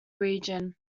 region